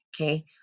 okay